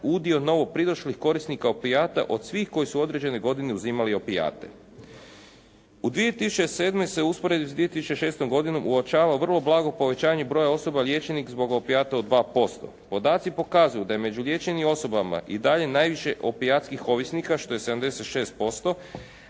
udio novopridošlih korisnika opijata od svih koji su određene godine uzimali opijate. U 2007. se u usporedbi s 2006. godinom uočava vrlo blago povećanje broja osoba liječenih zbog opijata od 2%. Podaci pokazuju da je među liječenim osobama i dalje najviše opijatskih ovisnika što je 76%,